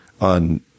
on